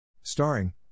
Starring